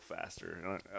faster